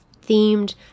themed